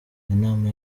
inama